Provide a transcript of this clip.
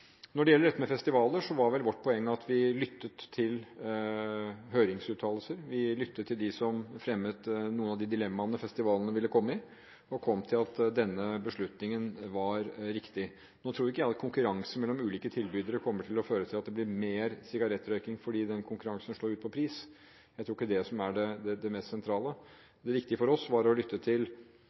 Når det gjelder dette med festivaler, var vel vårt poeng at vi lyttet til høringsuttalelser, vi lyttet til dem som fremmet noen av de dilemmaene festivalene ville komme i, og kom til at denne beslutningen var riktig. Nå tror ikke jeg at konkurranse mellom ulike tilbydere kommer til å føre til at det blir mer sigarettrøyking fordi den konkurransen slår ut på pris. Jeg tror ikke det er det som er det mest sentrale. Det viktige for oss var å lytte til